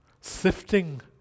sifting